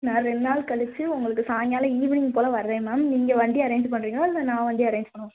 நான் ரெண்டு நாள் கழிச்சி உங்களுக்கு சாயங்காலம் ஈவினிங் போல் வர்றேன் மேம் நீங்கள் வண்டி அரேஞ்ச் பண்ணுறீங்களா இல்லை நான் வண்டி அரேஞ்ச் பண்ணவா